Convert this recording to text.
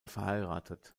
verheiratet